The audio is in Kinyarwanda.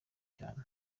cyane